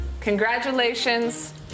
Congratulations